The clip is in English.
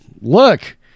look